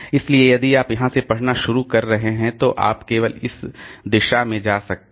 इसलिए यदि आप यहां से पढ़ना शुरू कर रहे हैं तो आप केवल इस दिशा में जा सकते हैं